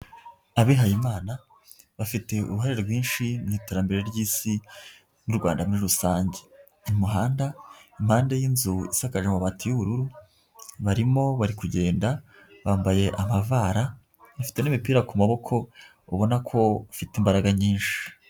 Abihayimana bafite uruhare rwinshi mu iterambere ry'Isi n'u Rwanda muri rusange. Mu muhanda impande y'inzu isakaje amabati y'ubururu barimo bari kugenda bambaye amavara bafite n'imipira ku maboko ubona ko bafite imbaraga nyinshi.